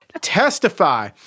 Testify